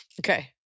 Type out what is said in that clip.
Okay